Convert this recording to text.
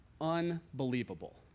unbelievable